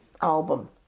album